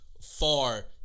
far